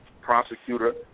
prosecutor